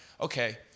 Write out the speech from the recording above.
okay